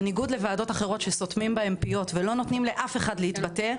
בניגוד לוועדות אחרות שסותמים בהם פיות ולא נותנים לאף אחד להתבטא,